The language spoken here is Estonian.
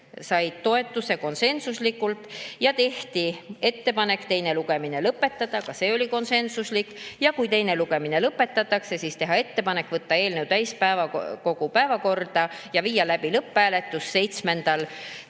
said konsensusliku toetuse. Tehti ettepanek teine lugemine lõpetada (ka see otsus oli konsensuslik) ja kui teine lugemine lõpetatakse, siis teha ettepanek võtta eelnõu täiskogu päevakorda ja viia läbi lõpphääletus 7.